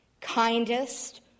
kindest